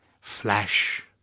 Flash